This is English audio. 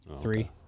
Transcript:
three